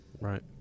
Right